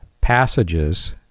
passages